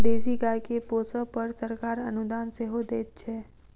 देशी गाय के पोसअ पर सरकार अनुदान सेहो दैत छै